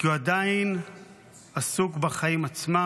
הוא עדיין עסוק בחיים עצמם.